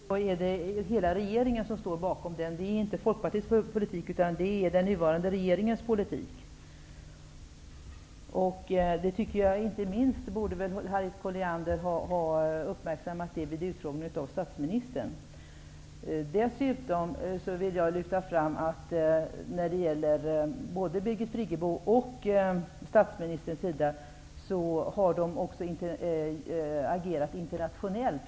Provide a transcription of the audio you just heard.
Herr talman! Det är hela regeringen som står bakom flyktingpolitiken. Det är inte Folkpartiets politik utan den nuvarande regeringens. Harriet Colliander borde inte minst ha uppmärksammat detta vid utfrågningen av statsministern. Dessutom vill jag lyfta fram att både Birgit Friggebo och statsministern också har agerat internationellt.